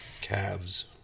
Calves